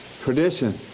tradition